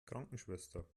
krankenschwester